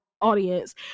audience